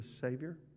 Savior